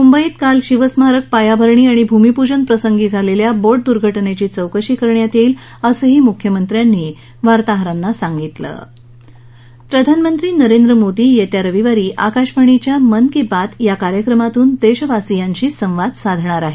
मुंबईत काल शिवस्मारक पायाभरणी आणि भूमिप्जन प्रसंगी झालेल्या बोट दुर्घटनेची चौकशी करण्यात येईल असंही मुख्यमंत्र्यांनी कोल्हापूर पंतप्रधान नरेंद्र मोदी येत्या रविवारी आकाशवाणीवरच्या मन की बात या कार्यक्रमातून देशवासियांशी संवाद साधणार आहेत